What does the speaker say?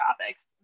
topics